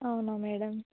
అవునా మేడం